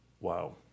Wow